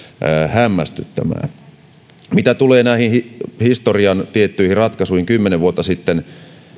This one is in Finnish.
hämmästyttämään mitä tulee näihin historian tiettyihin ratkaisuihin kymmenen vuotta sitten